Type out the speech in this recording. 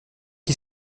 qui